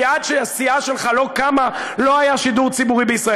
כי עד שהסיעה שלך לא קמה לא היה שידור ציבורי בישראל.